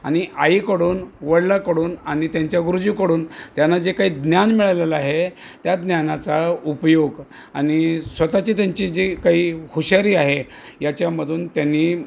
आणि आईकडून वडिलाकडून आणि त्यांच्या गुरुजीकडून त्यांना जे काही ज्ञान मिळालेलं आहे त्या ज्ञानाचा उपयोग आणि स्वतःची त्यांची जी काही हुशारी आहे याच्यामधून त्यांनी